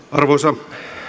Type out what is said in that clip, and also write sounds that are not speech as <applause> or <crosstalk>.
<unintelligible> arvoisa